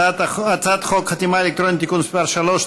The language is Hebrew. הצעת חוק חתימה אלקטרונית (תיקון מס' 3),